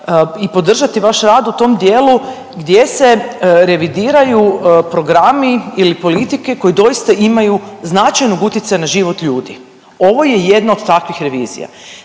i podržati vaš rad u tom dijelu gdje se revidiraju programi ili politike koji doista imaju značajnog utjecaja na život ljudi. Ovo je jedna od takvih revizija,